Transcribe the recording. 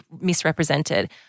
misrepresented